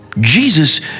Jesus